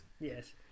Yes